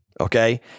okay